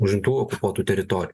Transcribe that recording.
užimtų okupuotų teritorijų